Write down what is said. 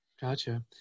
Gotcha